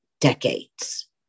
decades